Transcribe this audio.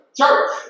church